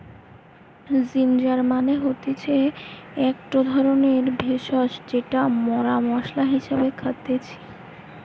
ginger মানে হতিছে একটো ধরণের ভেষজ যেটা মরা মশলা হিসেবে খাইতেছি